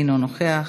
אינו נוכח,